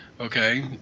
okay